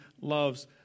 loves